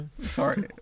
sorry